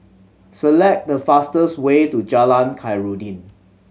select the fastest way to Jalan Khairuddin